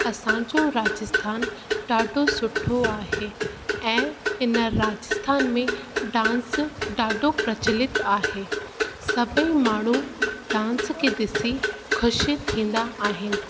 असांजो राजस्थान ॾाढो सुठो आहे ऐं हिन राजस्थान में डांस ॾाढो प्रचलित आहे सभई माण्हू डांस ॾिसी ख़ुशि थींदा आहिनि